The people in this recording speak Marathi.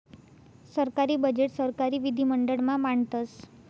सरकारी बजेट सरकारी विधिमंडळ मा मांडतस